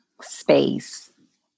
space